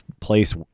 place